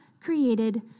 created